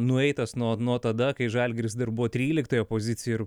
nueitas nuo nuo tada kai žalgiris dar buvo tryliktoje pozicijoj ir